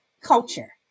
culture